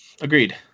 agreed